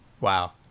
Wow